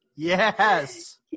Yes